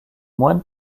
moines